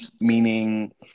Meaning